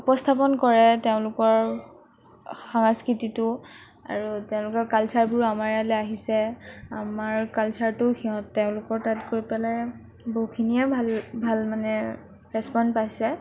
উপস্থাপন কৰে তেওঁলোকৰ সংস্কৃতিটো আৰু তেওঁলোকৰ কালচাৰবোৰ আমাৰ ইয়ালৈ আহিছে আমাৰ কালচাৰটো তেওঁলোকৰ তাত গৈ পেলাই বহুখিনিয়ে ভাল ভাল মানে ৰেচপন পাইছে